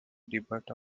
debut